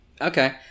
Okay